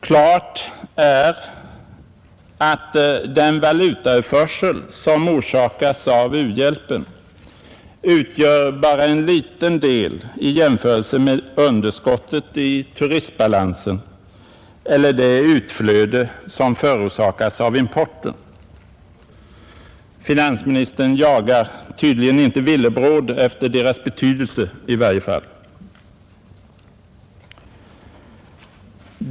Klart är att den valutautförsel, som orsakas av u-hjälpen, bara utgör en liten del i jämförelse med underskottet i turistbalansen eller det utflöde som förorsakas av importen. Finansministern jagar tydligen inte villebråd efter deras betydelse i varje fall.